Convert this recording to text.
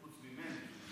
חוץ ממני.